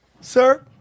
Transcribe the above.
sir